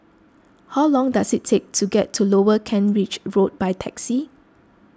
how long does it take to get to Lower Kent Ridge Road by taxi